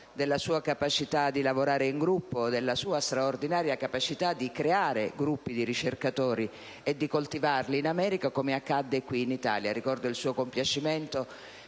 Grazie